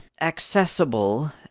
accessible